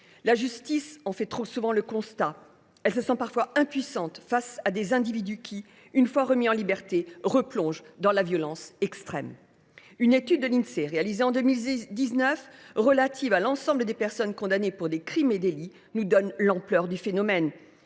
La justice en fait trop souvent le constat. Elle se sent parfois impuissante face à des individus qui, une fois remis en liberté, replongent dans la violence la plus extrême. Une étude de l’Insee réalisée en 2019, relative à l’ensemble des personnes condamnées pour des crimes et délits, nous a révélé l’ampleur du phénomène,